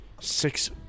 six